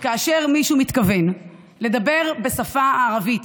שכאשר מישהו מתכוון לדבר בשפה הערבית